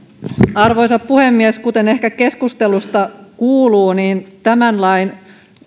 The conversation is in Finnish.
arvoisa puhemies kuten ehkä keskustelusta kuuluu niin tämän lain